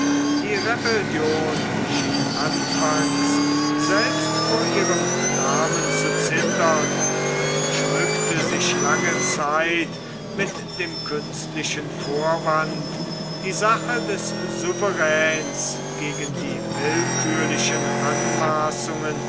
die rebellion schien anfangs selbst vor ihrem namen zu zittern und schmückte sich lange zeit mit dem künstlichen vorwand die sache des souveräns gegen die willkürlichen anmaßungen